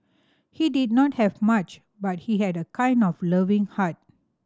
he did not have much but he had a kind of loving heart